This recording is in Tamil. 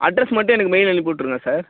அட்ரஸ் மட்டும் எனக்கு மெயில் அனுப்பிவிட்ருங்க சார்